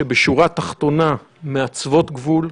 שבשורה התחתונה מעצבות גבול,